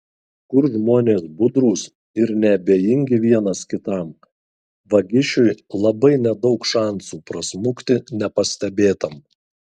kur žmonės budrūs ir neabejingi vienas kitam vagišiui labai nedaug šansų prasmukti nepastebėtam